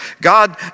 God